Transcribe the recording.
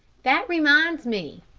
that reminds me,